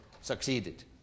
succeeded